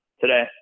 today